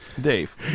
Dave